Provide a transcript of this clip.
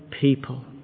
people